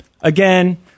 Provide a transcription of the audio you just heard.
Again